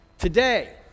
Today